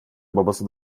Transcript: babası